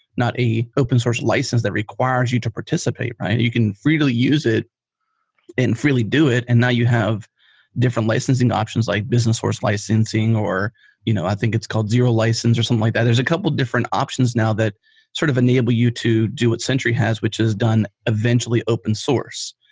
not an open source license that requires you to participate, right? you can free to use it and freely do it and now you have different licensing options, like business source licensing, or you know i think it's called zero license or something like that. there's a couple of different options now that sort of enable you to do what sentry has, which is done eventually open source,